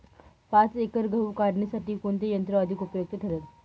पाच एकर गहू काढणीसाठी कोणते यंत्र अधिक उपयुक्त ठरेल?